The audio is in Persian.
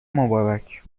مبارک